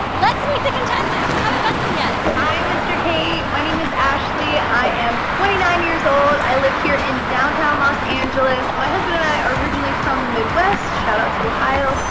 let's meet the contestants. we haven't met them yet. hi mr. kate, my name is ashley i am twenty nine years old. i live here in downtown los angeles. angeles. my husband and i are originally from the midwest shout out to ohio,